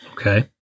Okay